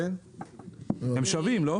הם שווים לא?